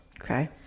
Okay